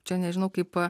čia nežinau kaip